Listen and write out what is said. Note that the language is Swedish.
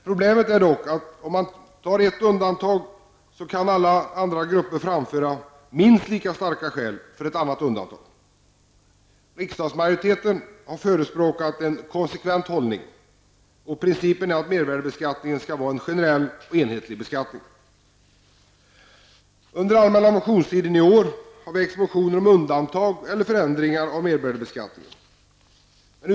Problemet med ett undantag är dock att andra grupper kan framföra minst lika starka skäl för ett annat undantag. Riksdagsmajoriteten har förespråkat en konsekvent hållning, och principen är att mervärdebeskattningen skall vara en generell och enhetlig beskattning. Under den allmänna motionstiden i år väcktes motioner om undantag från eller förändringar i mervärdebeskattningen.